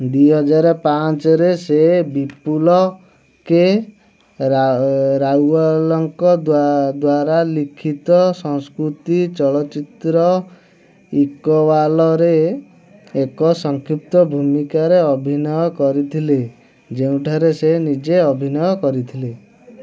ଦୁଇହଜାର ପାଞ୍ଚରେ ସେ ବିପୁଲ କେ ରାୱଲଙ୍କ ଦ୍ଵା ଦ୍ଵାରା ଲିଖିତ ସଂସ୍କୃତି ଚଳଚ୍ଚିତ୍ର ଇକବାଲରେ ଏକ ସଂକ୍ଷିପ୍ତ ଭୂମିକାରେ ଅଭିନୟ କରିଥିଲେ ଯେଉଁଠାରେ ସେ ନିଜେ ଅଭିନୟ କରିଥିଲେ